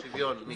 חוסר שוויון.